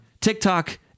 TikTok